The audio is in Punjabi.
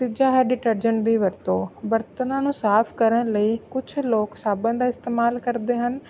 ਤੀਜਾ ਹੈ ਡਿਟਰਜਨ ਦੀ ਵਰਤੋਂ ਬਰਤਨਾਂ ਨੂੰ ਸਾਫ ਕਰਨ ਲਈ ਕੁਛ ਲੋਕ ਸਾਬਣ ਦਾ ਇਸਤੇਮਾਲ ਕਰਦੇ ਹਨ